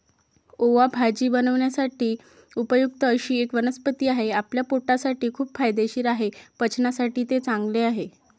ओवा भाजी बनवण्यासाठी उपयुक्त अशी एक वनस्पती आहे, आपल्या पोटासाठी खूप फायदेशीर आहे, पचनासाठी ते चांगले आहे